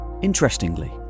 Interestingly